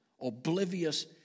oblivious